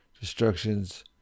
destructions